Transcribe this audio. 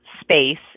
space